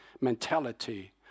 mentality